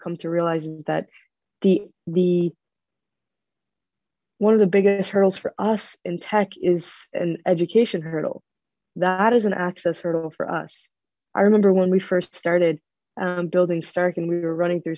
come to realize is that one of the biggest hurdles for us in tech is an education hurdle that is an access hurdle for us i remember when we first started building stark and we were running through